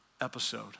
episode